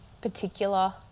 particular